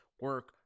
Work